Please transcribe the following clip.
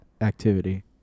activity